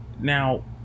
now